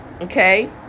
Okay